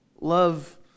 Love